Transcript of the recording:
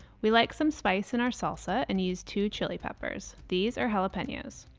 we like some spice in our salsa and use two chili peppers these are jalapenos.